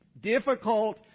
difficult